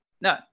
No